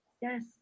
Yes